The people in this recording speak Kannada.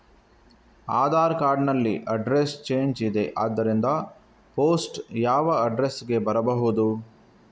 ಆಧಾರ್ ಕಾರ್ಡ್ ನಲ್ಲಿ ಅಡ್ರೆಸ್ ಚೇಂಜ್ ಇದೆ ಆದ್ದರಿಂದ ಪೋಸ್ಟ್ ಯಾವ ಅಡ್ರೆಸ್ ಗೆ ಬರಬಹುದು?